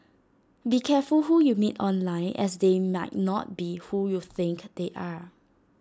be careful who you meet online as they might not be who you think they are